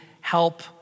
help